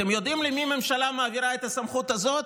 אתם יודעים למי ממשלה מעבירה את הסמכות הזאת?